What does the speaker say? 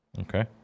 Okay